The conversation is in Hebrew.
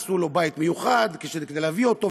עשו לו בית מיוחד כדי להביא אותו,